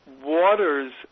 waters